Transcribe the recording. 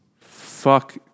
fuck